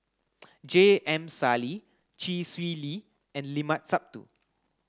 J M Sali Chee Swee Lee and Limat Sabtu